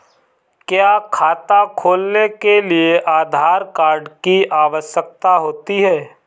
क्या खाता खोलने के लिए आधार कार्ड की आवश्यकता होती है?